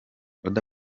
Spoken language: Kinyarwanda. oda